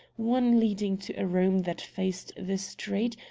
one leading to a room that faced the street,